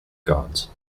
gods